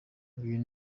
uyu